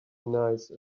nice